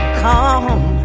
come